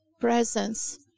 presence